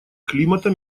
климата